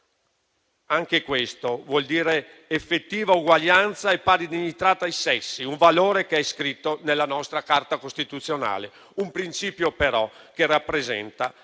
anche questo vuol dire effettiva uguaglianza e pari dignità tra i sessi. Un valore che è scritto nella nostra Carta costituzionale, ma un principio che rappresenta